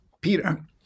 Peter